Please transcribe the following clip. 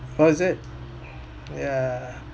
what is it ya